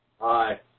Hi